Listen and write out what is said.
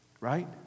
right